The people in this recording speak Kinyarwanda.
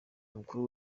umukuru